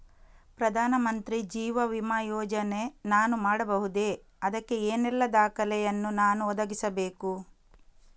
ಪ್ರಧಾನ ಮಂತ್ರಿ ಜೀವ ವಿಮೆ ಯೋಜನೆ ನಾನು ಮಾಡಬಹುದೇ, ಅದಕ್ಕೆ ಏನೆಲ್ಲ ದಾಖಲೆ ಯನ್ನು ನಾನು ಒದಗಿಸಬೇಕು?